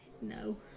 No